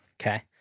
Okay